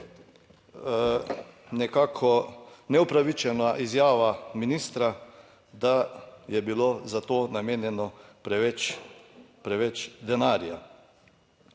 nekako neupravičena izjava ministra, da je bilo za to namenjeno preveč, preveč denarja.